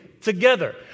together